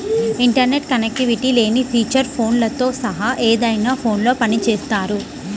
internet connectivity లేని feature ఫోన్లతో సహా ఏదైనా ఫోన్లో పని చేస్తాయి